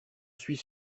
suis